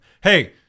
Hey